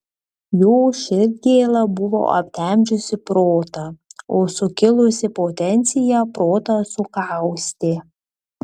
jo širdgėla buvo aptemdžiusi protą o sukilusi potencija protą sukaustė